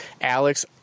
Alex